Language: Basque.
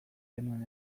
genuen